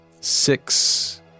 six